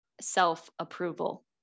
self-approval